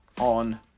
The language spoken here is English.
on